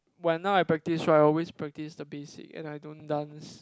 when now I practice right I always practice the basic and I don't dance